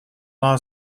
law